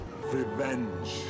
Revenge